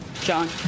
John